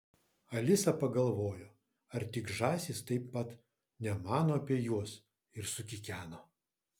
alisa pagalvojo ar tik žąsys taip pat nemano apie juos ir sukikeno